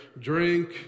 drink